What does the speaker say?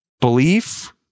Belief